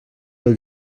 del